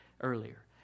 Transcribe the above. earlier